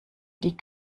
die